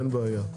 אין בעיה.